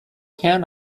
can